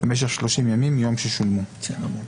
במשך שלושים ימים מיום ששולמו." בסדר גמור.